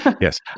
yes